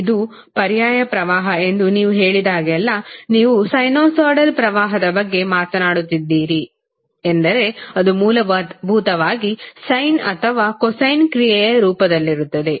ಇದು ಪರ್ಯಾಯ ಪ್ರವಾಹ ಎಂದು ನೀವು ಹೇಳಿದಾಗಲೆಲ್ಲಾ ನೀವು ಸೈನುಸೈಡಲ್ ಪ್ರವಾಹದ ಬಗ್ಗೆ ಮಾತನಾಡುತ್ತಿದ್ದೀರಿ ಎಂದರೆ ಅದು ಮೂಲಭೂತವಾಗಿ ಸೈನ್ ಅಥವಾ ಕೊಸೈನ್ ಕ್ರಿಯೆಯ ರೂಪದಲ್ಲಿರುತ್ತದೆ